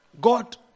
god